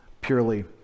purely